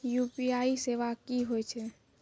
UPI सेवा की होय छै?